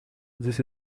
this